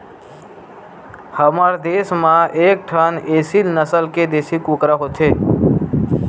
हमर देस म एकठन एसील नसल के देसी कुकरा होथे